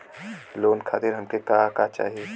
Loan खातीर हमके का का चाही?